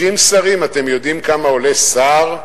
30 שרים, אתם יודעים כמה עולה שר?